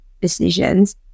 decisions